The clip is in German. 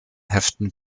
heften